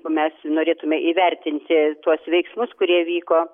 mes norėtumėme įvertinti tuos veiksmus kurie vyko